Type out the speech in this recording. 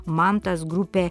mantas grupė